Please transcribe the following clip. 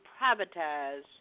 privatize